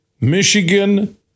Michigan